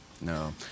No